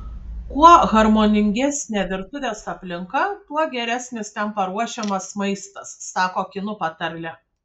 kuo harmoningesnė virtuvės aplinka tuo geresnis ten paruošiamas maistas sako kinų patarlė